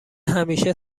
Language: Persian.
همیشه